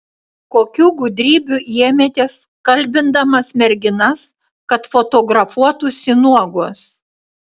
kokių gudrybių ėmėtės kalbindamas merginas kad fotografuotųsi nuogos